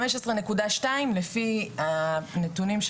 15.2 לפי הנתונים,